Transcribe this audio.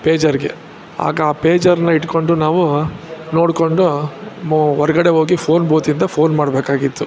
ಪೇಜರಿಗೆ ಆಗ ಆ ಪೇಜರನ್ನು ಇಟ್ಕೊಂಡು ನಾವು ನೋಡಿಕೊಂಡು ನಾವು ಹೊರ್ಗಡೆ ಹೋಗಿ ಫೋನ್ ಬೂತಿಂದ ಫೋನ್ ಮಾಡಬೇಕಾಗಿತ್ತು